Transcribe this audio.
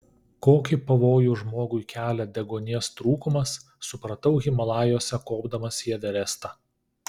kokį pavojų žmogui kelia deguonies trūkumas supratau himalajuose kopdamas į everestą